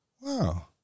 Wow